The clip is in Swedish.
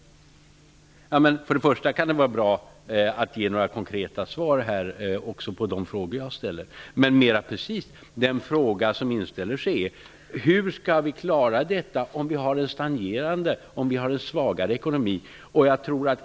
Det kan vara bra att ge konkreta svar här också på de frågor som jag ställer. Den fråga som inställer sig är: Hur skall vi klara detta, om vi har en stagnerande och svagare ekonomi?